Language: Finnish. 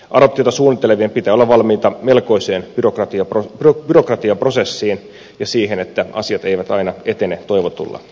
adoptiota suunnittelevien pitää olla valmiita melkoiseen byrokratiaprosessiin ja siihen että asiat eivät aina etene toivotulla tavalla